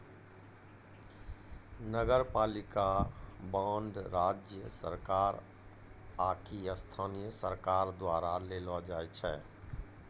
नगरपालिका बांड राज्य सरकार आकि स्थानीय सरकारो द्वारा देलो जाय छै